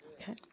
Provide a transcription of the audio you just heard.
okay